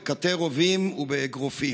בקתי רובים ובאגרופים.